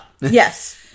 Yes